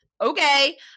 okay